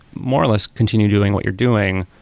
more or less continue doing what you're doing,